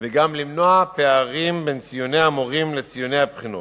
וגם למנוע פערים בין ציוני המורים לציוני הבחינות.